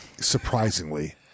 surprisingly